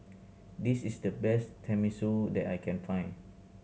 this is the best Tenmusu that I can find